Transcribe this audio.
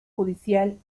judicial